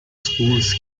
schools